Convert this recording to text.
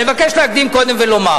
אני מבקש להקדים ולומר: